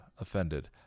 offended